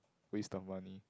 baed on one